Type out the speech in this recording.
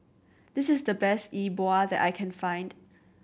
this is the best E Bua that I can find